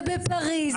ובפריז,